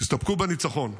תסתפקו בניצחון.